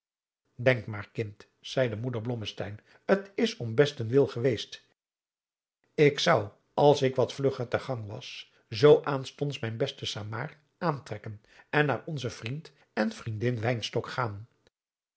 denk maar kind zeî moeder blommesteyn t is om bestenswil geweest ik zou als ik wat vlugger adriaan loosjes pzn het leven van johannes wouter blommesteyn ter gang was zoo aanstonds mijn beste samaar aantrekken en naar onze vriend en vriendin wynstok gaan